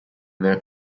their